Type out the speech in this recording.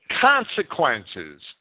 consequences